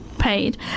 Paid